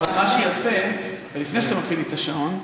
אבל מה שיפה, ולפני שאתה מפעיל לי את השעון,